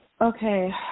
Okay